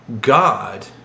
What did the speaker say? God